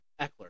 Eckler